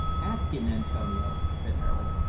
ask him, antonio, said harold,